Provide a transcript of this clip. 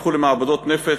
הפכו למעבדות נפץ,